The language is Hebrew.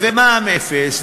ומע"מ אפס,